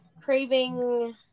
craving